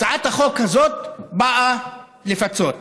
הצעת החוק הזאת באה לפצות.